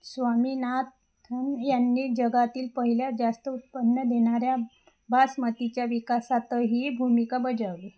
स्वामीनाथन यांनी जगातील पहिल्या जास्त उत्पन्न देणाऱ्या बासमतीच्या विकासातही भूमिका बजावली